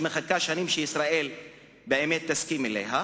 שמחכה שנים שישראל באמת תסכים לה,